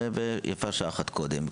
ויפה שעה אחת קודם.